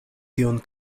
tion